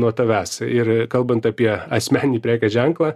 nuo tavęs ir kalbant apie asmeninį prekės ženklą